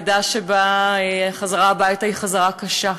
לידה שבה החזרה הביתה היא חזרה קשה,